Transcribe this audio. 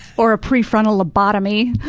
or a pre-frontal lobotomy.